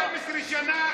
12 שנה.